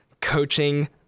coaching